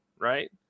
right